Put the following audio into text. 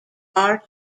are